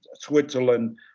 Switzerland